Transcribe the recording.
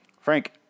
Frank